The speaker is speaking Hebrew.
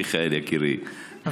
מיכאל יקירי,